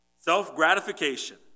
Self-gratification